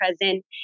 present